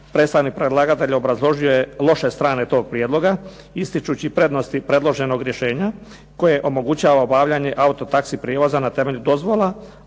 Predstavnik predlagatelja obrazložio je loše strane tog prijedloga ističući prednosti predloženog rješenja koje omogućava obavljanje auto taxi prijevoza na temelju dozvola.